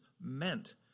meant